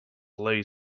lay